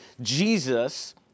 Jesus